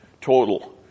total